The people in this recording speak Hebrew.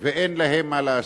ואין להם מה לעשות.